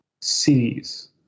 cities